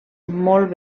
molt